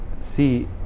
see